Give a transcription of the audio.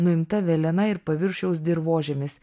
nuimta velėna ir paviršiaus dirvožemis